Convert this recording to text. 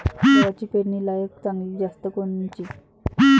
गव्हाची पेरनीलायक चांगली जात कोनची?